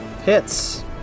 Hits